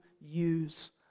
use